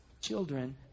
children